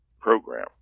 program